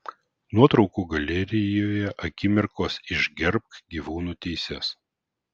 nuotraukų galerijoje akimirkos iš gerbk gyvūnų teises